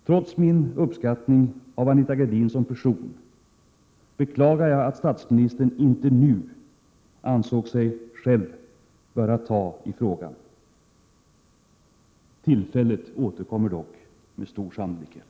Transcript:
Trots min uppskattning av Anita Gradin som person beklagar jag att statsministern inte nu ansåg sig själv böra ta i frågan. Tillfället återkommer dock med stor sannolikhet.